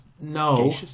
no